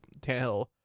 Tannehill